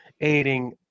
aiding